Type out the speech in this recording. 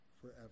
forever